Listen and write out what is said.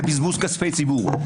זה בזבוז כספי ציבור.